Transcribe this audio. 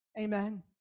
Amen